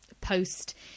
post